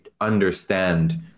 understand